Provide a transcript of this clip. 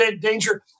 danger